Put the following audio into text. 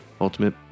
ultimate